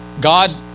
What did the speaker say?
God